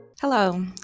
Hello